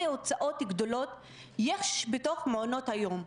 הוצאות גדולות יש בתוך מעונות היום,